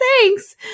thanks